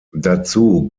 dazu